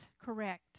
correct